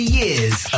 years